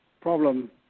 problem